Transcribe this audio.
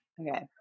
Okay